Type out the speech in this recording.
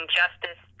justice